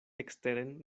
eksteren